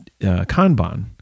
Kanban